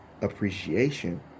Appreciation